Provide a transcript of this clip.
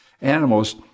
animals